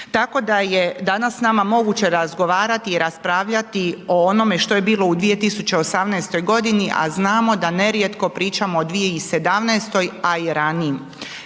Tako da je danas nama moguće razgovarati i raspravljati o onome što je bilo u 2018. godini, a znamo da nerijetko pričamo o 2017., a i ranijim